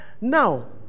Now